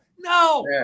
No